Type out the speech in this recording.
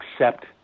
accept